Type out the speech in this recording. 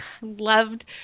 loved